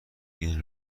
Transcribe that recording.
این